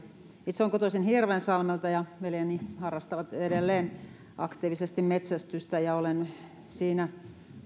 itse olen kotoisin hirvensalmelta ja veljeni harrastavat edelleen aktiivisesti metsästystä ja olen siinä